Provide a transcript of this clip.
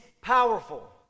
powerful